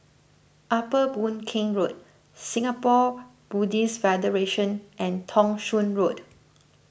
Upper Boon Keng Road Singapore Buddhist Federation and Thong Soon Road